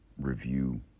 review